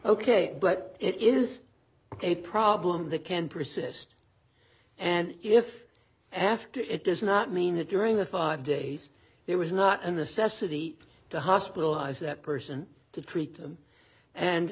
ok but it is a problem that can persist and if after it does not mean that during the five days there was not an assessor the hospitalized that person to treat them and